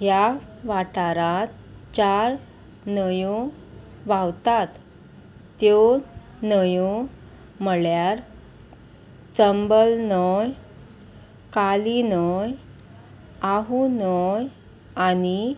ह्या वाठारांत चार न्हंयो व्हांवतात त्यो न्हंयो म्हळ्यार चंबल न्हंय काली न्हंय आहू न्हंय आनी